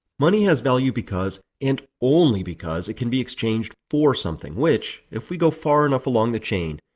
money has value because, and only because, it can be exchanged for something which, if we go far enough along the chain,